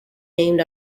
named